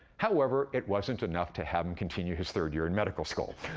however, it wasn't enough to have him continue his third year in medical school.